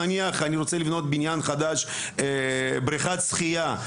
נניח אני רוצה לבנות בנין חדש ובריכת שחייה,